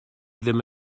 ddim